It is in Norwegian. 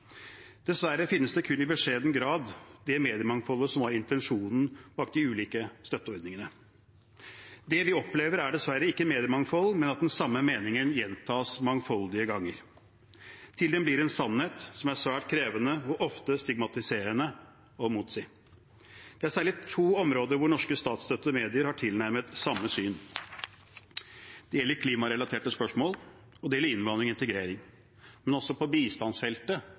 Dessverre finnes det mediemangfoldet som var intensjonen bak de ulike støtteordningene, kun i beskjeden grad. Det vi opplever, er dessverre ikke et mediemangfold, men at den samme meningen gjentas mangfoldige ganger, til den blir en sannhet som det er svært krevende og ofte stigmatiserende å motsi. Det er særlig to områder hvor norske statsstøttede medier har tilnærmet samme syn. Det gjelder klimarelaterte spørsmål, og det gjelder innvandring og integrering. Men også på bistandsfeltet